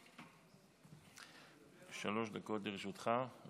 שלוש דקות לרשותך.